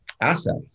assets